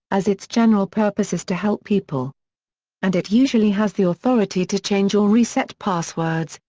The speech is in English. as its general purpose is to help people and it usually has the authority to change or reset passwords,